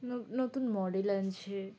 ন নতুন মডেল আছে